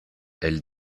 elle